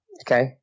Okay